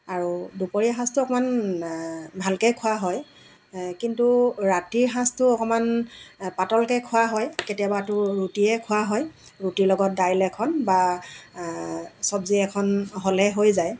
আৰু দুপৰীয়া সাজটো অকণমান ভালকৈয়ে খোৱা হয় এই কিন্তু ৰাতিৰ সাঁজটো অকণমান পাতলকৈ খোৱা হয় কেতিয়াবাতো ৰুটিয়ে খোৱা হয় ৰুটিৰ লগত দাইল এখন বা চব্জি এখন হ'লে হৈ যায়